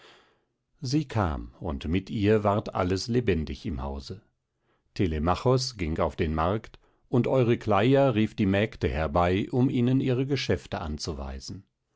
sie kam und mit ihr ward alles lebendig im hause telemachos ging auf den markt und eurykleia rief die mägde herbei um ihnen ihre geschäfte anzuweisen